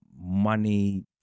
money